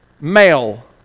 male